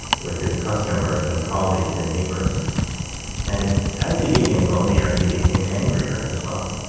with his customers and colleagues and neighbors and as he became lonelier, he became angrier as well.